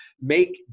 make